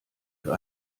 für